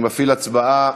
אני מפעיל הצבעה.